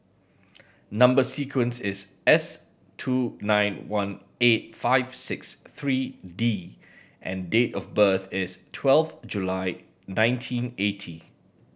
number sequence is S two nine one eight five six three D and date of birth is twelve July nineteen eighty